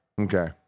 Okay